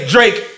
Drake